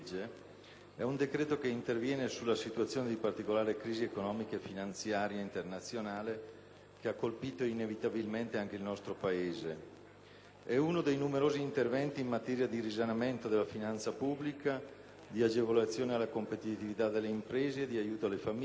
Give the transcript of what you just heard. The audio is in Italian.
in legge, interviene sulla situazione di particolare crisi economica e finanziaria internazionale che ha colpito inevitabilmente anche il nostro Paese. È uno dei numerosi interventi in materia di risanamento della finanza pubblica, di agevolazione alla competitività delle imprese e di aiuto alle famiglie,